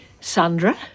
Sandra